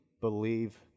believe